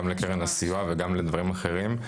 גם לקרן הסיוע וגם לדברים אחרים.